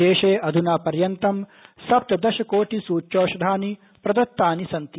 देशे अध्ना पर्यन्तं सप्तदशकोटिसूच्यौषधानि प्रदत्तानि सन्ति